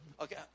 Okay